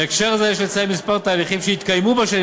בהקשר זה יש לציין כמה תהליכים שהתקיימו בשנים